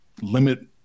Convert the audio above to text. limit